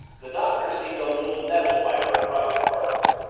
the doctor seemed a little nettled by her abrupt departure.